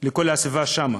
לכל הסביבה שם,